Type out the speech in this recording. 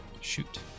Shoot